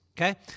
okay